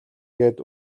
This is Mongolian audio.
гээд